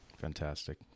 Fantastic